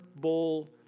bowl